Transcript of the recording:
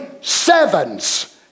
sevens